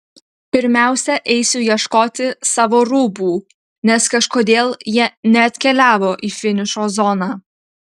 pirmiausia eisiu ieškoti savo rūbų nes kažkodėl jie neatkeliavo į finišo zoną